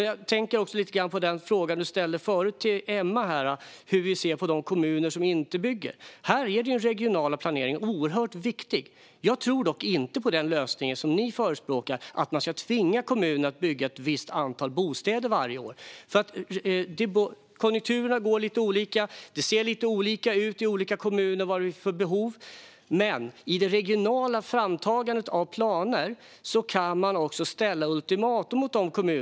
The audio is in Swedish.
Jag tänker också lite på den fråga du ställde till Emma förut, om hur vi ser på de kommuner som inte bygger. Här är den regionala planeringen oerhört viktig. Jag tror dock inte på den lösning som ni förespråkar, att man ska tvinga kommunerna att bygga ett visst antal bostäder varje år. Konjunkturerna går lite olika, och det ser lite olika ut i kommunerna när det gäller de behov som finns. Men i det regionala framtagandet av planer kan man också ställa ultimatum till kommuner.